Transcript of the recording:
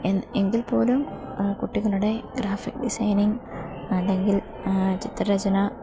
എങ്കിൽ പോലും കുട്ടികളുടെ ഗ്രാഫിക് ഡിസൈനിങ് അല്ലെങ്കിൽ ചിത്രരചന